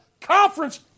conference